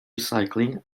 recycling